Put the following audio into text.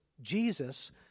Jesus